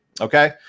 okay